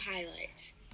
highlights